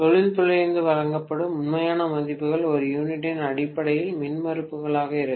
தொழில்துறையிலிருந்து வழங்கப்படும் உண்மையான மதிப்புகள் ஒரு யூனிட்டின் அடிப்படையில் மின்மறுப்புகளாக இருக்கும்